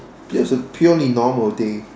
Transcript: that was a purely normal day